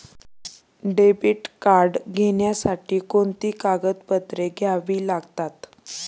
Debit card घेण्यासाठी कोणती कागदपत्रे द्यावी लागतात?